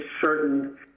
certain